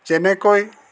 যেনেকৈ